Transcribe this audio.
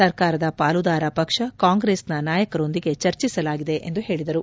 ಸರ್ಕಾರದ ಪಾಲುದಾರ ಪಕ್ಷ ಕಾಂಗ್ರೆಸ್ನ ನಾಯಕರೊಂದಿಗೆ ಚರ್ಚಿಸಲಾಗಿದೆ ಎಂದು ಹೇಳಿದರು